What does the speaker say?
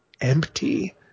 empty